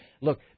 Look